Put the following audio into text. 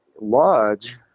lodge